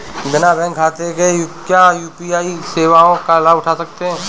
बिना बैंक खाते के क्या यू.पी.आई सेवाओं का लाभ उठा सकते हैं?